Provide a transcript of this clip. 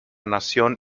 nación